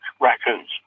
raccoons